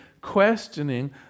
questioning